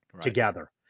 together